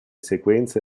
sequenze